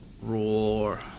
roar